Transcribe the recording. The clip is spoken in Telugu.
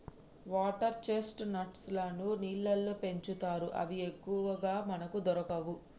వాటర్ చ్చేస్ట్ నట్స్ లను నీళ్లల్లో పెంచుతారు అవి ఎక్కువగా మనకు దొరకవు